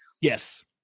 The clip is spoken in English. Yes